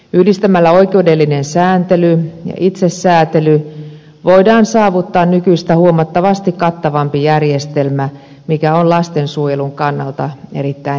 yhdistämällä oikeudellinen sääntely ja itsesäätely voidaan saavuttaa nykyistä huomattavasti kattavampi järjestelmä mikä on lasten suojelun kannalta erittäin tärkeää